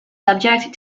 subject